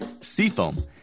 Seafoam